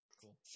Cool